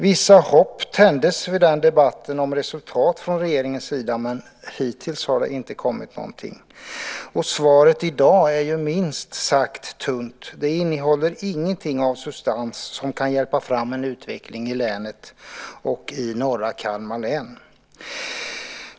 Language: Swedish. Vissa hopp tändes vid den debatten om resultat från regeringens sida, men hittills har det inte kommit någonting. Och svaret i dag är minst sagt tunt. Det innehåller ingenting av substans som kan hjälpa till med en utveckling i länet och i norra Kalmar län.